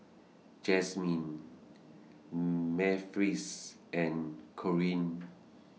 Jazmin Memphis and Corrine